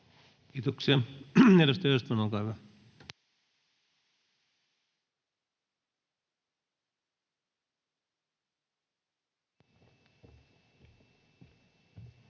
Kiitoksia. — Edustaja Östman, olkaa hyvä.